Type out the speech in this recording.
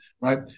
right